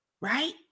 Right